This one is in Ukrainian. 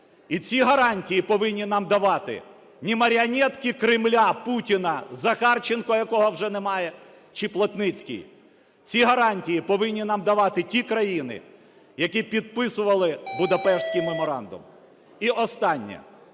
І ці гарантії повинні нам давати не маріонетки Кремля, Путіна, Захарченка, якого вже немає, чи Плотницький. Ці гарантії повинні нам давати ті країні, які підписували Будапештський меморандум. І останнє.